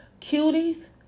cuties